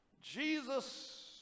Jesus